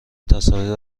تصاویر